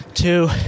Two